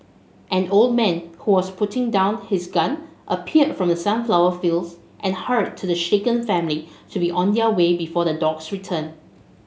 an old man who was putting down his gun appeared from the sunflower fields and hurried the shaken family to be on their way before the dogs return